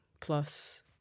plus